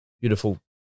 beautiful